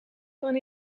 van